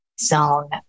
zone